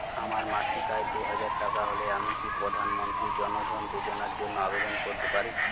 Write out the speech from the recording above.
আমার মাসিক আয় দুহাজার টাকা হলে আমি কি প্রধান মন্ত্রী জন ধন যোজনার জন্য আবেদন করতে পারি?